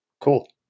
cool